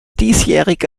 diesjährige